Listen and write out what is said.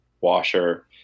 washer